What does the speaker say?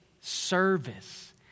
Service